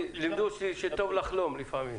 לימדו אותי שלפעמים טוב לחלום.